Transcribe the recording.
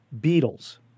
beetles